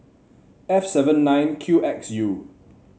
F seven nine Q X U